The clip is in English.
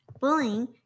Bullying